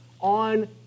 on